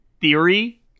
theory